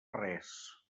res